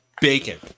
bacon